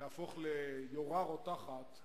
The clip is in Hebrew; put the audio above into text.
להפוך ליורה רותחת,